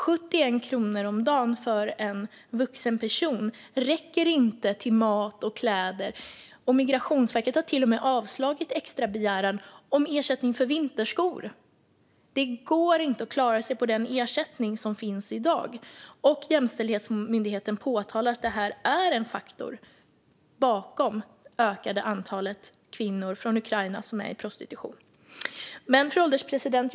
71 kronor om dagen räcker inte till mat och kläder för en vuxen person. Migrationsverket har till och med avslagit extra begäran om ersättning för vinterskor. Det går inte att klara sig på den ersättning som finns i dag. Jämställdhetsmyndigheten påtalar också att det är en faktor bakom det ökade antalet kvinnor från Ukraina som är i prostitution. Fru ålderspresident!